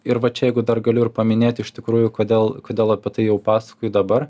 ir va čia jeigu dar galiu ir paminėt iš tikrųjų kodėl kodėl apie tai jau pasakoju dabar